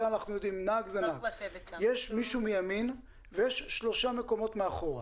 יש מישהו מימינו ויש שלושה מקומות מאחורה.